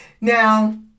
Now